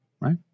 right